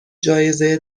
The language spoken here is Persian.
جایزه